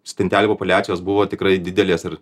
stintelių populiacijos buvo tikrai didelės ir